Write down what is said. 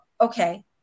okay